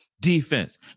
defense